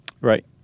Right